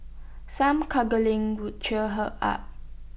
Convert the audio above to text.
some cuddling would cheer her up